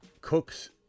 Cooks